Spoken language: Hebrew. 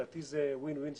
לדעתי זה וין-וין סיטיואשן.